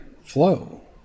flow